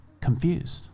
confused